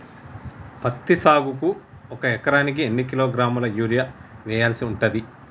పత్తి సాగుకు ఒక ఎకరానికి ఎన్ని కిలోగ్రాముల యూరియా వెయ్యాల్సి ఉంటది?